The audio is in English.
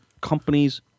companies